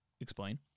Explain